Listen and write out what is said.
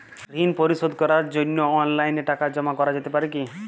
ঋন পরিশোধ করার জন্য অনলাইন টাকা জমা করা যেতে পারে কি?